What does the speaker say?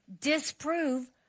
disprove